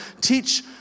teach